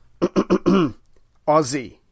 Aussie